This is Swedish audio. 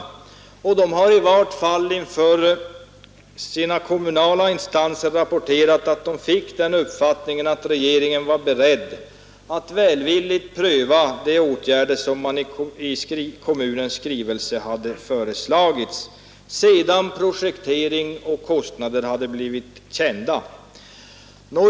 Delegationen har i varje fall inför sina kommunala instanser rapporterat att man fick den uppfattningen att regeringen var beredd att, sedan projektering och kostnader hade blivit kända, välvilligt pröva de åtgärder som hade föreslagits i kommunens skrivelse.